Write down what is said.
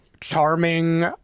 charming